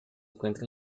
encuentra